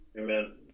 Amen